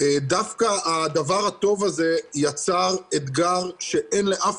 דווקא הדבר הטוב הזה יצר אתגר שאין לאף